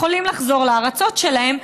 יכולים לחזור לארצות שלהם,